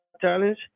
challenge